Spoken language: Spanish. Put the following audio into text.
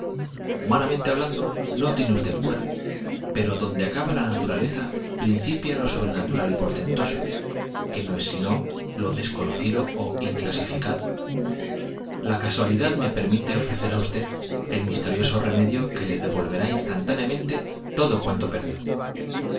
humanamente hablando no lo sobrena pero donde acaba la naturaleza principia desconocido ó tural y portentoso que no es sino lo inclasificado la casualidad me permite ofrecer á devolverá instan usted el misterioso remedio que le táneamente todo cuanto perdió